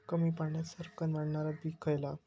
कमी पाण्यात सरक्कन वाढणारा पीक खयला?